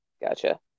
Gotcha